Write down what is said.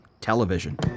television